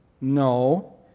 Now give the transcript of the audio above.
No